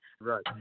Right